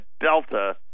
Delta